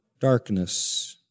darkness